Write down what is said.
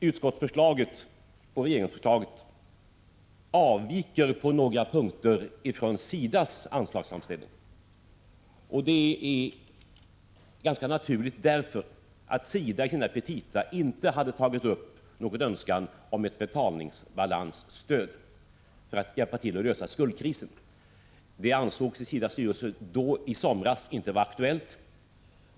Utskottsförslaget och regeringsförslaget avviker på några punkter från SIDA:s anslagsframställning, och det är ganska naturligt med tanke på att SIDA i sina petita inte hade tagit upp någon önskan om ett betalningsbalansstöd, som skall bidra till att lösa skuldkrisen. Vi ansåg i SIDA:s styrelse då, i somras, inte att detta var aktuellt.